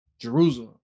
Jerusalem